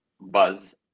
Buzz